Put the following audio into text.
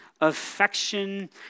affection